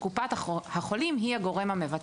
התשלום נעשה על ידי קופת החולים.